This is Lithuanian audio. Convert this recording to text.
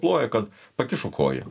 ploja kad pakišo koją